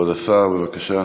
כבוד השר, בבקשה.